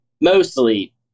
mostly